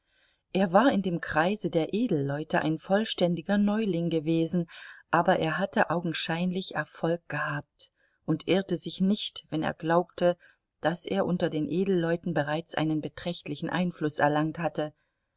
er war in dem kreise der edelleute ein vollständiger neuling gewesen aber er hatte augenscheinlich erfolg gehabt und irrte sich nicht wenn er glaubte daß er unter den edelleuten bereits einen beträchtlichen einfluß erlangt hatte